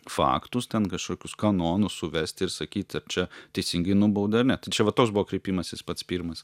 faktus ten kažkokius kanonus suvesti ir sakyt ar čia teisingai nubaudė ar ne tai čia va toks buvo kreipimasis pats pirmas